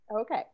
Okay